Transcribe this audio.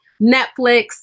Netflix